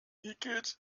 igitt